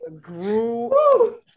grew